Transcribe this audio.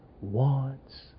wants